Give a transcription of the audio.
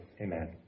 Amen